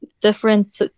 different